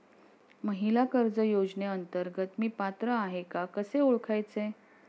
महिला कर्ज योजनेअंतर्गत मी पात्र आहे का कसे ओळखायचे?